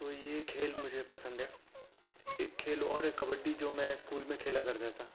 تو یہ کھیل مجھے پسند ہے ایک کھیل اور ہے کبڈی جو میں اسکول میں کھیلا کرتا تھا